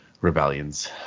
rebellions